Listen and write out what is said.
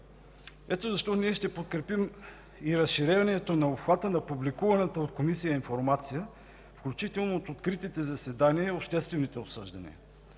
Ето защо ние ще подкрепим и разширението на обхвата на публикуваната от Комисията информация, включително от откритите заседания и обществените обсъждания